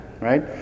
right